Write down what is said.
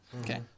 Okay